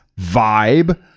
vibe